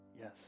Yes